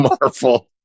Marvel